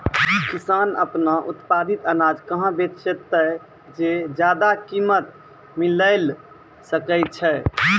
किसान आपनो उत्पादित अनाज कहाँ बेचतै जे ज्यादा कीमत मिलैल सकै छै?